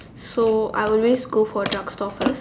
so I always go for drugstore first